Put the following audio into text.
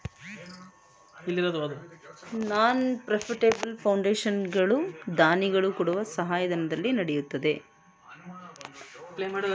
ನಾನ್ profitable foundation ಗಳು ದಾನಿಗಳು ಕೊಡುವ ಸಹಾಯಧನದಲ್ಲಿ ನಡೆಯುತ್ತದೆ